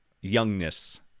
youngness